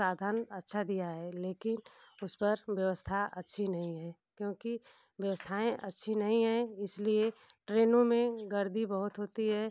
साधन अच्छा दिया है लेकिन उस पर व्यवस्था अच्छी नहीं है क्योंकि व्यवस्थाएँ अच्छी नही हैं इसलिए ट्रेनों में गर्दी बहुत होती है